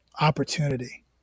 opportunity